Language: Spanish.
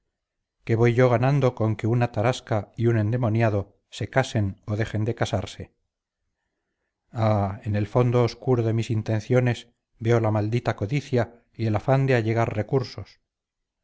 qué voy yo ganando con que una tarasca y un endemoniado se casen o dejen de casarse ah en el fondo obscuro de mis intenciones veo la maldita codicia y el afán de allegar recursos